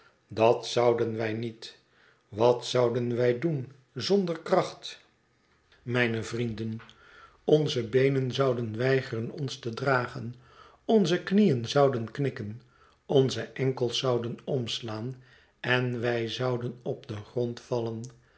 dat zouden wij niet wat zouden wij doen zonder kracht mijne vrienden onze beenen zouden weigeren ons te dragen onze knieën zouden knikken onze enkels zouden omslaan en wij zouden op den grond vallen